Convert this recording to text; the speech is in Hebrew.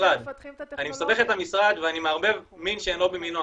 אני מסבך את המשרד ואני מערבב מין בשאינו מינו,